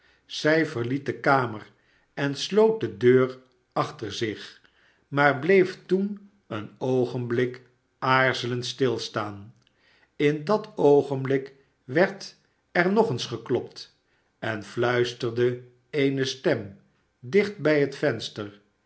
zij verliet de kamer en sloot de deur achter zich maar bleef toen een oogenblik aarzelend stilstaan in dat oogenblik werd er nog eens geklopt en fluisterde eene stem dicht bij het venster